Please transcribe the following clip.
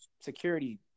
security